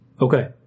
Okay